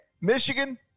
Michigan